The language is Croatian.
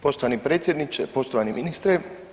Poštovani predsjedniče, poštovani ministre.